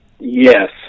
Yes